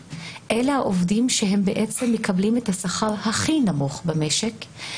אלה העובדים שבעצם מקבלים את השכר הכי נמוך במשק,